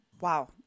Wow